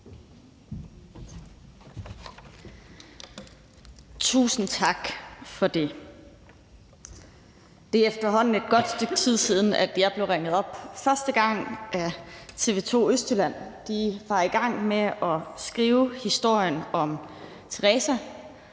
Tusind tak for det. Det er efterhånden et godt stykke tid siden, at jeg blev ringet op første gang af TV 2 Østjylland. De var i gang med at skrive historien om Therese,